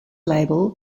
label